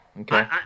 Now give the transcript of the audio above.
Okay